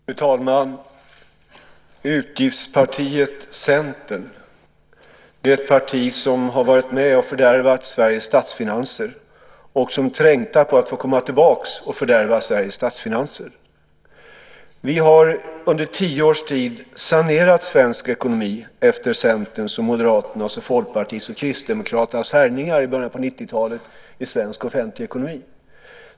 Fru talman! Utgiftspartiet Centern är ett parti som varit med och fördärvat Sveriges statsfinanser och som trängtar efter att få komma tillbaka och fördärva dem. Vi har under tio års tid sanerat svensk ekonomi efter Centerns, Moderaternas, Folkpartiets och Kristdemokraternas härjningar i svensk offentlig ekonomi i början av 90-talet.